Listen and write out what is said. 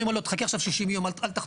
אני אומר לו חכה עכשיו 60 ימים אל תחתום.